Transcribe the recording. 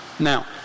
Now